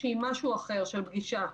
באדם שמטפל בעשרות צווים,